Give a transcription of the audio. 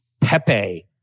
Pepe